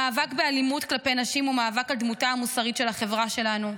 המאבק באלימות כלפי נשים הוא מאבק על דמותה המוסרית של החברה שלנו.